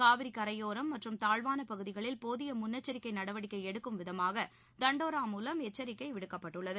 காவிரி கரையோரம் மற்றும் தாழ்வான பகுதிகளில் போதிய முன்னெச்சரிக்கை நடவடிக்கை எடுக்கும்விதமாக தண்டோரா மூலம் எச்சரிக்கை விடுக்கப்பட்டுள்ளது